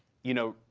you know,